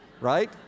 Right